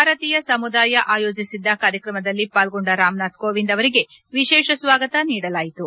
ಭಾರತೀಯ ಸಮುದಾಯ ಆಯೋಜಿಸಿದ್ದ ಕಾರ್ಯಕ್ರಮದಲ್ಲಿ ಪಾಲ್ಗೊಂಡ ರಾಮನಾಥ್ ಕೋವಿಂದ್ ಅವರಿಗೆ ವಿಶೇಷ ಸ್ವಾಗತ ಕೋರಲಾಯಿತು